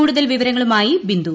കൂടുതൽ വിവരങ്ങളുമായി ബിന്ദു